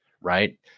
right